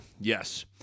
Yes